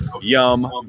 yum